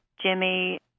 Jimmy